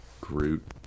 Groot